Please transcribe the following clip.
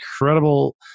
incredible